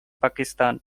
pakistan